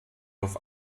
auf